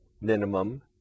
minimum